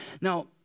Now